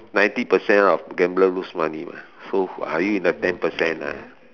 ninety percent of gambler lose money what so are you in the ten percent ah